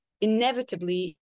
inevitably